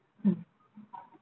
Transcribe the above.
mm